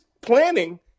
planning